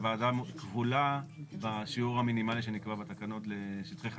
הוועדה כבולה בשיעור המינימלי שנקבע בתקנות לשטחי חניה.